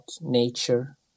nature